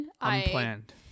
unplanned